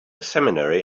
seminary